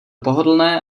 pohodlné